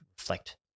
reflect